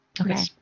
Okay